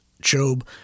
Job